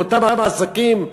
באותם עסקים,